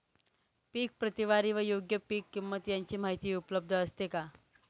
पीक प्रतवारी व योग्य पीक किंमत यांची माहिती उपलब्ध असते का?